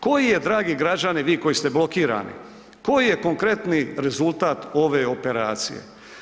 Koji je dragi građani, vi koji ste blokirani, koji je konkretni rezultat ove operacije?